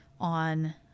on